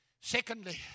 Secondly